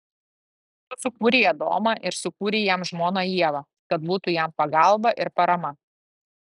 tu sukūrei adomą ir sukūrei jam žmoną ievą kad būtų jam pagalba ir parama